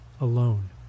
alone